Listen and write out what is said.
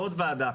ועוד ועדה.